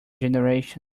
generations